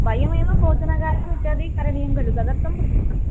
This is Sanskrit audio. वयमेव भोजनं खादितुम् इत्यादि करणीयं खलु तदर्थं पृच्छामि